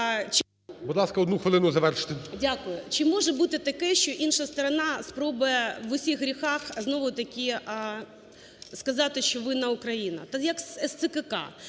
Чи може бути таке, що інша сторона спробує в усіх гріхах знову-таки сказати, що винна Україна? То як з СЦКК,